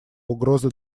угрозы